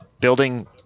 building